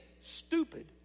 stupid